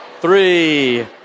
three